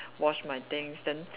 wash my things then